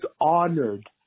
honored